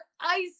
ice